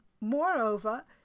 Moreover